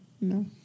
No